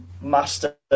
master